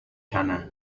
sana